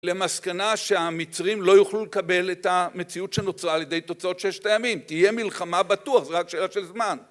למסקנה שהמצרים לא יוכלו לקבל את המציאות שנוצרה על ידי תוצאות ששת הימים. תהיה מלחמה בטוח, זה רק שאלה של זמן.